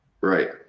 Right